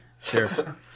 Sure